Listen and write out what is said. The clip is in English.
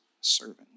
servant